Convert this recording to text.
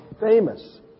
famous